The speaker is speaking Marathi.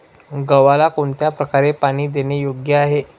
गव्हाला कोणत्या प्रकारे पाणी देणे योग्य आहे?